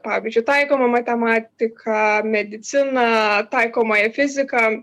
pavyzdžiui taikomą matematiką mediciną taikomąją fiziką